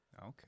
okay